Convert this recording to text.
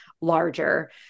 larger